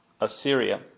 Assyria